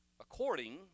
according